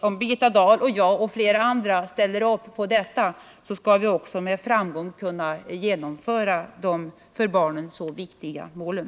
Om Birgitta Dahl och jag och flera andra ställer upp på detta, skall vi säkert också med framgång kunna genomföra de för barnen så viktiga målen.